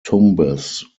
tumbes